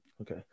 okay